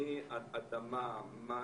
מאדמה, מים,